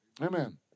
Amen